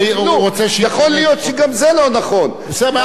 אם יש אוכלוסייה שבאמת סובלת,